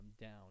down